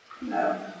No